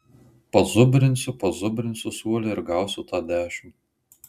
pazubrinsiu pazubrinsiu suole ir gausiu tą dešimt